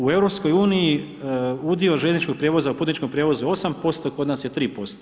U EU-u udio željezničkog prijevoza u putničkom prijevozu je 8%, kod nas je 3%